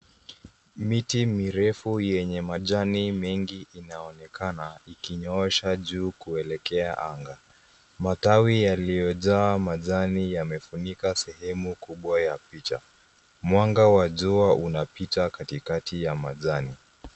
Miti mirefu yenye majani mengi inaonekana ikinyoosha juu kuelekea anga. Matawi yaliyojaa majani yamefunika sehemu kubwa ya picha. Mwanga wa jua unapita katikati ya majani.